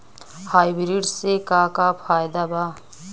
Hybrid से का का फायदा बा?